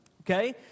okay